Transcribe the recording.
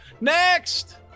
Next